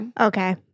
Okay